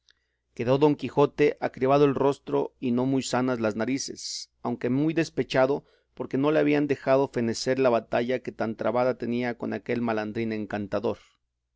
quedó don quijote acribado el rostro y no muy sanas las narices aunque muy despechado porque no le habían dejado fenecer la batalla que tan trabada tenía con aquel malandrín encantador